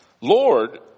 Lord